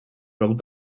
prop